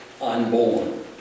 unborn